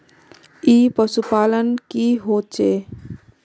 ई पशुपालन की होचे?